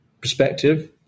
perspective